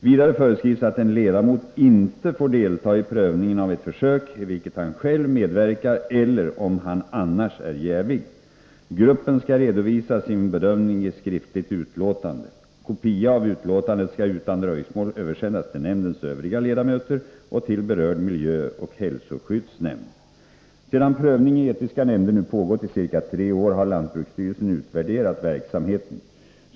Vidare föreskrivs att en ledamot inte får delta i prövningen av ett försök i vilket han själv medverkar eller om han annars är jävig. Gruppen skall redovisa sin bedömning i skriftligt utlåtande. Kopia av utlåtandet skall utan dröjsmål översändas till nämndens övriga ledamöter och till berörd miljöoch hälsoskyddsnämnd. Sedan prövning i etiska nämnder nu pågått i ca tre år har lantbruksstyrelsen utvärderat verksamheten.